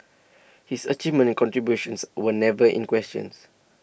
his achievements and contributions were never in questions